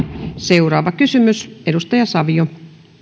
seuraava kysymys edustaja savio